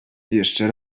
jeszcze